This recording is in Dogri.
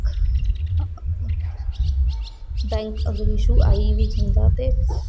बैंक अगर इश्यू आई बी जंदा ते